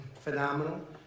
Phenomenal